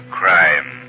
crime